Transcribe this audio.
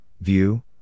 view